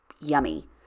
yummy